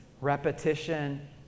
repetition